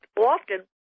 often